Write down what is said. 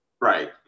Right